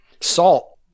salt